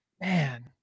Man